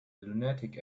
lunatic